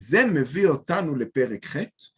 זה מביא אותנו לפרק ח'.